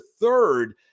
third